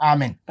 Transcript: Amen